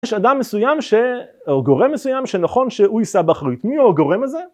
יש אדם מסוים ש.. או גורם מסוים שנכון שהוא יישא באחריות מי הוא הגורם הזה?